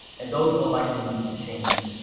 and those will likely need to change.